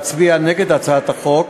להצביע נגד הצעת החוק.